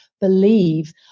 believe